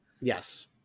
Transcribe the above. Yes